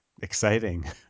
Exciting